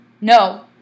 No